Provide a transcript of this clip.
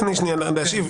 תן לי שנייה להשיב.